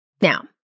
Now